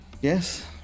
yes